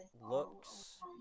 looks